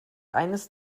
eines